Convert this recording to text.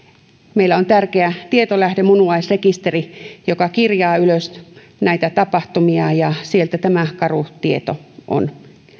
meillä on tärkeä tietolähde munuaisrekisteri joka kirjaa ylös näitä tapahtumia ja sieltä tämä karu tieto on